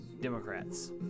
Democrats